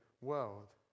world